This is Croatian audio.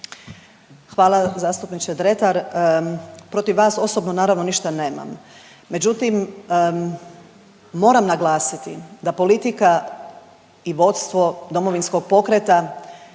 Hvala zastupniče Dretar. Protiv vas osobno naravno nište nemam, međutim moram naglasiti da politika i vodstvo Domovinskog pokreta